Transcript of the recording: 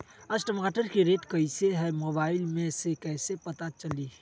आज टमाटर के रेट कईसे हैं मोबाईल से कईसे पता चली?